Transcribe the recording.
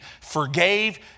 forgave